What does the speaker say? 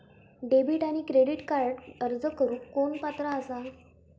Debit आणि credit कार्डक अर्ज करुक कोण पात्र आसा?